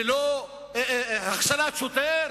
ולא הכשלת שוטר.